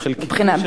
החלקיקים של,